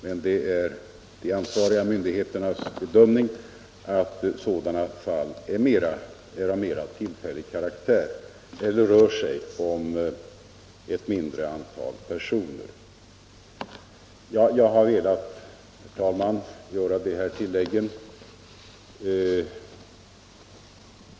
Men det är myndigheternas bedömning att sådana fall är av mera tillfällig karaktär. Det kan också röra sig om ett mindre antal personer. Herr talman! Jag har velat göra de här tilläggen.